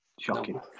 shocking